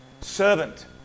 Servant